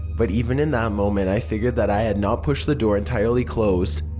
but even in that moment i figured that i had not pushed the door entirely closed.